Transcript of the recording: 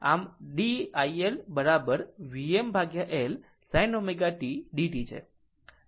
આમ d iL બરાબરVmL sin ω t dt છે